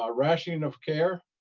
ah rationing of care.